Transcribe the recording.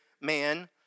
man